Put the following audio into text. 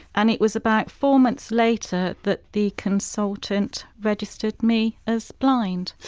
and it was about four months later that the consultant registered me as blind